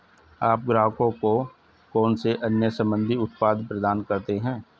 आप ग्राहकों को कौन से अन्य संबंधित उत्पाद प्रदान करते हैं?